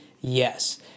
Yes